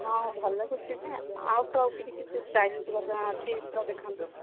ହଁ ଭଲ ଲାଗୁଛି ଯେ ୟାଠୁ ଆଉ ଟିକିଏ କିଛି ଷ୍ଟାଇଲିସ୍ ମଧ୍ୟ ଅଛି ତ ଦେଖାନ୍ତୁ